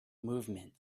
movement